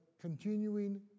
continuing